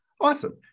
Awesome